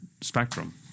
spectrum